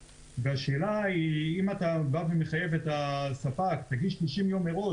השאלה היא אם מחייבים את הספק להגיש 90 יום מראש